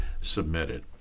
submitted